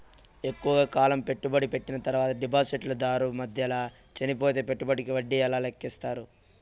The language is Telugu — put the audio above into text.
ఎక్కువగా కాలం పెట్టుబడి పెట్టిన తర్వాత డిపాజిట్లు దారు మధ్యలో చనిపోతే పెట్టుబడికి వడ్డీ ఎలా లెక్కిస్తారు?